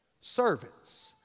Servants